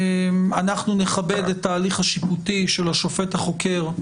אנחנו נכבד את ההליך השיפוטי של השופט החוקר,